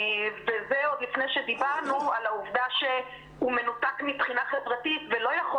וזה עוד לפני שדיברנו על העובדה שהוא מנותק מבחינה חברתית ולא יכול